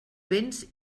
béns